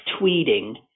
tweeting